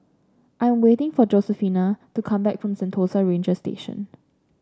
I am waiting for Josefina to come back from Sentosa Ranger Station